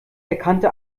erkannte